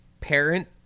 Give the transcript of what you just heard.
parent